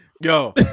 Yo